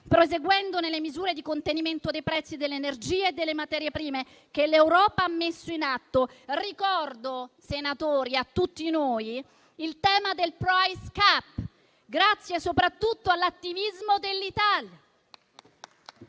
proseguendo con le misure di contenimento dei prezzi dell'energia e delle materie prime che l'Europa ha messo in atto. Ricordo a tutti noi, senatori, il tema del *price cap*, grazie soprattutto all'attivismo dell'Italia.